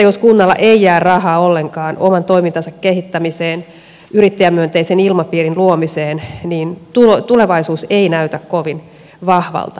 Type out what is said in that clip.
jos kunnalla ei jää rahaa ollenkaan oman toimintansa kehittämiseen yrittäjämyönteisen ilmapiirin luomiseen niin tulevaisuus ei näytä kovin vahvalta